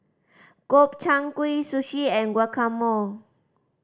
Gobchang Gui Sushi and Guacamole